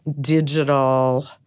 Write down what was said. digital